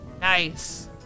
Nice